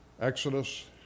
Exodus